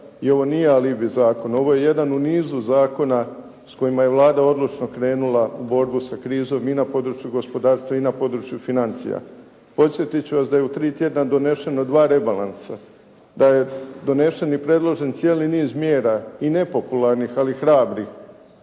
i ovo nije alibi zakon, ovo je jedan u nizu zakona s kojima je Vlada odlučno krenula u borbu sa krizom i na području gospodarstva i na području financija. Podsjetit ću vas da je u tri tjedna donešeno dva rebalansa, da je donesen i predložen cijeli niz mjera i nepopularnih, ali hrabrih,